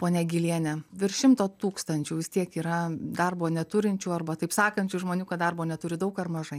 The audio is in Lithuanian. ponia giliene virš šimto tūkstančių vis tiek yra darbo neturinčių arba taip sakančių žmonių kad darbo neturi daug ar mažai